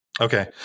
Okay